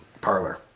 parlor